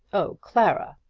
oh, clara!